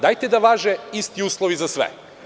Dajte da važe isti uslovi za sve.